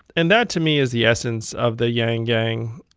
and that to me is the essence of the yang gang.